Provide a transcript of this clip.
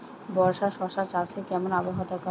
বর্ষার শশা চাষে কেমন আবহাওয়া দরকার?